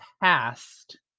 past